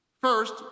First